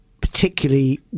particularly